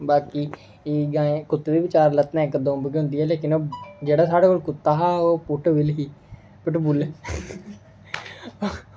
बाकी कुत्ते गी बी चार लत्तां इक दुम्ब गै होंदी ऐ लेकिन जेह्ड़ा साढ़े कोल कुत्ता हा ओह् पुटबिल ही